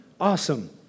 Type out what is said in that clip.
Awesome